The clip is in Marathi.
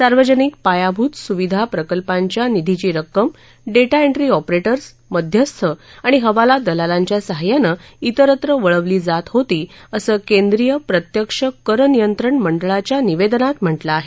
सार्वजनिक पायाभूत सुविधा प्रकल्पांच्या निधीची रक्कम डे ऑपरेओं मध्यस्थ आणि हवाला दलालांच्या सहाय्यानं विरत्र वळवली जात होती असं केंद्रीय प्रत्यक्ष कर नियंत्रण मंडळाच्या निवेदनात म्हा कें आहे